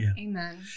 Amen